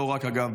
אגב,